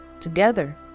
Together